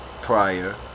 prior